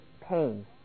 pain